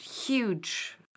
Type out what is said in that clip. huge